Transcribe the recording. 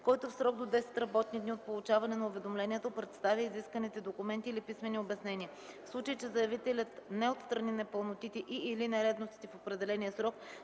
който в срок до 10 работни дни от получаване на уведомлението представя изисканите документи или писмени обяснения. В случай че заявителят не отстрани непълнотите и/или нередностите в определения срок,